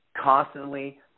constantly